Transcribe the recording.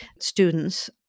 students